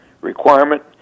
requirement